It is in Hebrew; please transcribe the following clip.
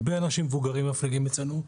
הרבה אנשים מבוגרים מפליגים אצלנו,